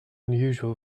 unusual